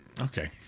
Okay